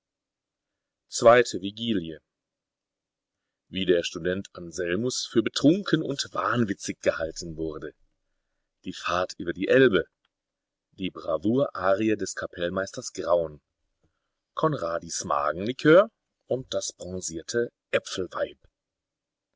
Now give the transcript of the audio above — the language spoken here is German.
zweite vigilie wie der student anselmus für betrunken und wahnwitzig gehalten wurde die fahrt über die elbe die bravour-arie des kapellmeisters graun conradis magen likör und das bronzierte äpfelweib